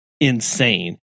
insane